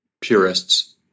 purists